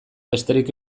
besterik